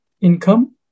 income